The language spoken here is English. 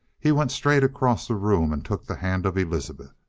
he went straight across the room and took the hand of elizabeth.